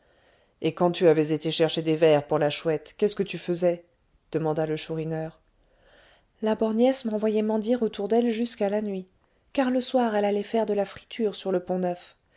et quand tu avais été chercher des vers pour la chouette qu'est-ce que tu faisais demanda le chourineur la borgnesse m'envoyait mendier autour d'elle jusqu'à la nuit car le soir elle allait faire de la friture sur le